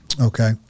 Okay